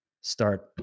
start